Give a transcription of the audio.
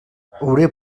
hauria